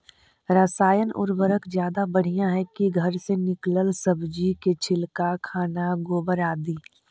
रासायन उर्वरक ज्यादा बढ़िया हैं कि घर से निकलल सब्जी के छिलका, खाना, गोबर, आदि?